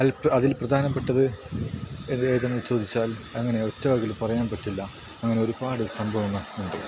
അതിൽ പ്രധാനപ്പെട്ടത് ഏതെന്ന് ചോദിച്ചാൽ അങ്ങനെ ഒറ്റവാക്കിൽ പറയാൻ പറ്റില്ല അങ്ങനെ ഒരുപാട് സംഭവങ്ങൾ ഉണ്ട്